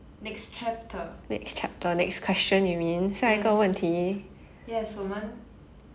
next chapter yes yes 我们